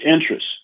interests